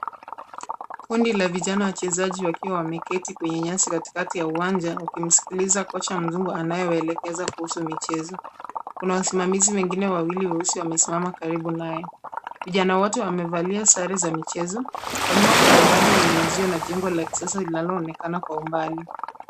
Kundi la vijana wachezaji wakiwa wameketi kwenye nyasi katikati ya uwanja wakimskiliza kocha mzungu anayewaelekeza kuhusu michezo. Kuna wasimamizi wengine wawili weusi wamesimama karibu naye. Vijana wote wamevalia sare za michezo. Kwa nyuma kuna uwanja wenye uzio na jengo la kisasa linaloonekana kwa mbali.